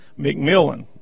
McMillan